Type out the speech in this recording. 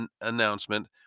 announcement